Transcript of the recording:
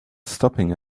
stopping